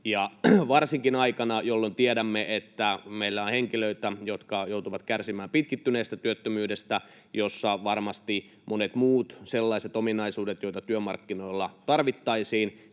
varsinkin tänä aikana meillä on henkilöitä, jotka joutuvat kärsimään pitkittyneestä työttömyydestä, jossa varmasti monet muut sellaiset ominaisuudet, joita työmarkkinoilla tarvittaisiin,